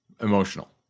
emotional